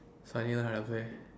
so i need to learn how to play